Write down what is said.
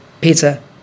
Pizza